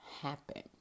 happen